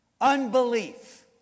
Unbelief